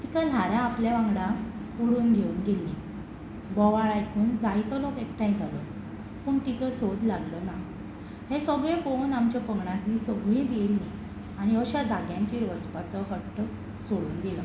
तिका ल्हारां आपल्या वांगडा ओडून घेवन गेलीं बोवाळ आयकून जायतो लोक एकठांय जालो पूण तिचो सोद लागलो ना हें सगळें पळोवन आमच्या पंगडांतलीं सगळीं भियेलीं आनी अशा जाग्यांचेर वचपाचो हट्ट सोडून दिलो